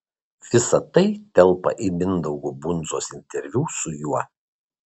visa tai telpa į mindaugo bundzos interviu su juo